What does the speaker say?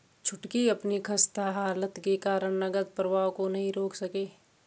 छुटकी अपनी खस्ता हालत के कारण नगद प्रवाह को नहीं रोक सके